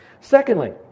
Secondly